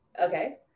okay